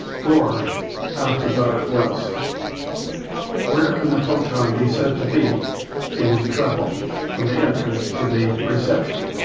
bohr asked about it once where can the photon be said to be in its travel from the entrance to the reception?